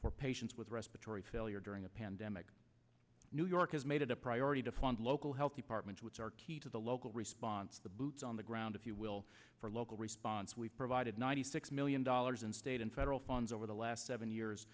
for patients with respiratory failure during a pandemic new york has made it a priority to fund local health departments which are key to the local response the boots on the ground if you will for local response we provided ninety six million dollars in state and federal funds over the last seven years